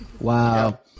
wow